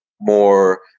more